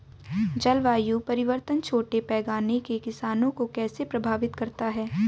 जलवायु परिवर्तन छोटे पैमाने के किसानों को कैसे प्रभावित करता है?